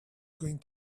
going